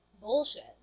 bullshit